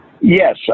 Yes